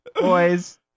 boys